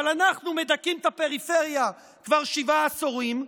אבל אנחנו מדכאים את הפריפריה כבר שבעה עשורים.